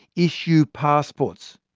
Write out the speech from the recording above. issue passports,